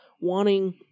wanting